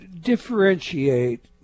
Differentiate